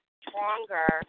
stronger